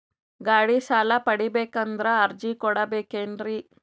ಗಾಡಿ ಸಾಲ ಪಡಿಬೇಕಂದರ ಅರ್ಜಿ ಕೊಡಬೇಕೆನ್ರಿ?